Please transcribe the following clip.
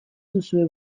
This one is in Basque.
duzue